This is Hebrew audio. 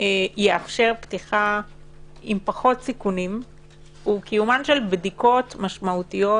יאפשר פתיחה עם פחות סיכונים הוא קיום בדיקות משמעותיות